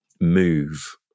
move